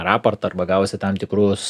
raportą arba gavusi tam tikrus